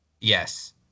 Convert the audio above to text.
Yes